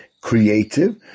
creative